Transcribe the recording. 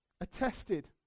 attested